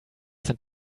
sind